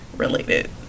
related